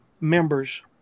members